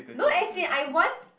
no as in I want